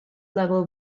level